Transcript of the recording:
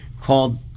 called